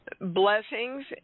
blessings